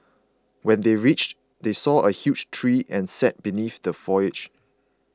when they reached they saw a huge tree and sat beneath the foliage